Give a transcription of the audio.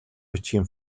бичгийн